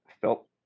felt